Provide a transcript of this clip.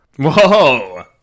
Whoa